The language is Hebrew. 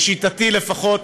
לשיטתי לפחות,